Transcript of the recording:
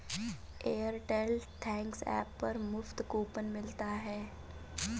Airtel thanks app पर मुफ्त coupon मिलता है